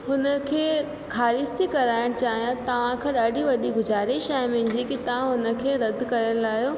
हुन खे ख़ारिज़ु थी कराइण चाहियां तव्हांखां ॾाढी वॾी गुज़ारिश आहे मुंहिंजी की तव्हां हुन खे रद करे लाहियो